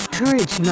courage